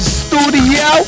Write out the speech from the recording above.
studio